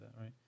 right